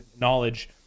knowledge